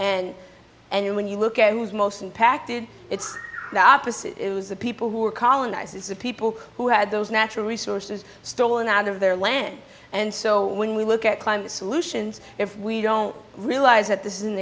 and and when you look at who's most impacted it's the opposite it was the people who were colonized it's the people who had those natural resources stolen out of their land and so when we look at climate solutions if we don't realize that this is an